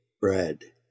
bread